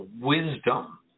wisdom